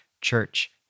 church